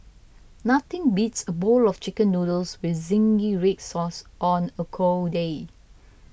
nothing beats a bowl of Chicken Noodles with Zingy Red Sauce on a cold day